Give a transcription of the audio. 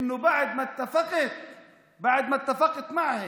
לאחר שסיכמתי איתם